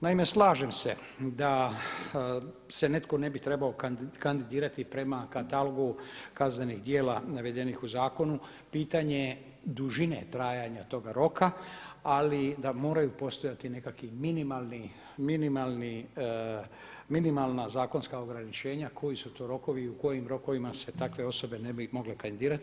Naime, slažem se da se netko ne bi trebao kandidirati prema katalogu kaznenih djela navedenih u zakonu, pitanje dužine trajanja toga roka, ali da moraju postojati nekakvi minimalna zakonska ograničenja koji su to rokovi i u kojim rokovima se takve osobe ne bi mogle kandidirati.